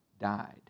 died